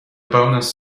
bonus